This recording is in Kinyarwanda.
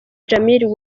jamil